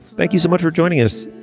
thank you so much for joining us.